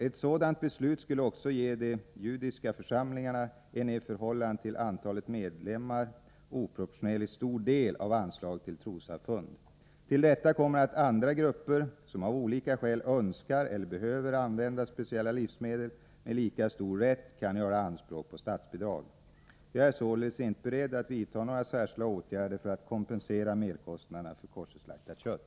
Ett sådant beslut skulle också ge de judiska församlingarna en i förhållande till antalet medlemmar oproportionerligt stor del av anslaget till trossamfund. Till detta kommer att andra grupper, som av olika skäl önskar eller behöver använda speciella livsmedel, med lika stor rätt kan göra anspråk på statsbidrag. Jag är således inte beredd att vidta några särskilda åtgärder för att kompensera merkostnaderna för koscherslaktat kött.